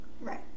right